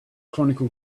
chronicle